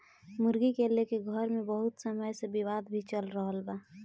मुर्गी के लेके घर मे बहुत समय से विवाद भी चल रहल बा